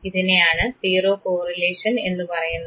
ഇതിനെയാണ് zero correlation എന്ന് പറയുന്നത്